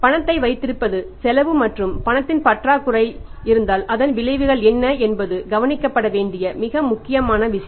பணத்தை வைத்திருப்பது செலவு மற்றும் பணத்தின் பற்றாக்குறை இருந்தால் அதன் விளைவுகள் என்ன என்பது கவனிக்கப்பட வேண்டிய மிக முக்கியமான விஷயம்